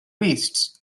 beasts